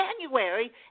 January